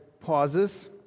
pauses